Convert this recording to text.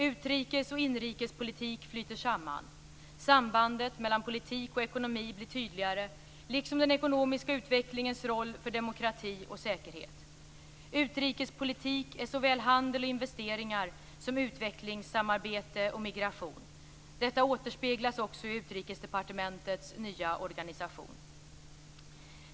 Utrikes och inrikespolitik flyter samman. Sambandet mellan politik och ekonomi blir tydligare, liksom den ekonomiska utvecklingens roll för demokrati och säkerhet. Utrikespolitik är såväl handel och investeringar som utvecklingssamarbete och migration. Detta återspeglas också i Utrikesdepartementets nya organisation.